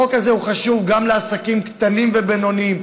החוק הזה חשוב גם לעסקים קטנים ובינוניים,